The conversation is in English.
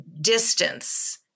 distance